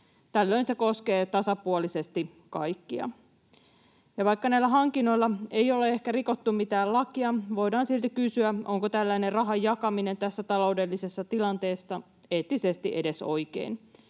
Tällöin se koskee tasapuolisesti kaikkia. Vaikka näillä hankinnoilla ei ole ehkä rikottu mitään lakia, voidaan silti kysyä, onko tällainen rahan jakaminen tässä taloudellisessa tilanteessa eettisesti edes oikein